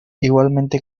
igualmente